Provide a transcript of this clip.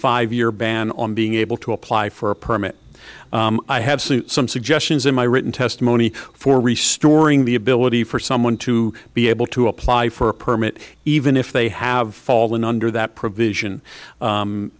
five year ban on being able to apply for a permit i have seen some suggestions in my written testimony for restoring the ability for someone to be able to apply for a permit even if they have fall in under that provision